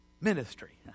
ministry